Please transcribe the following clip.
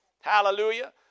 hallelujah